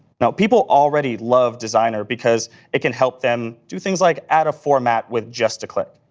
now, people already love designer because it can help them do things like add a format with just a click.